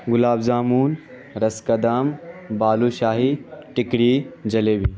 گلاب jamun ras kadam balushahi ٹکری جلیبی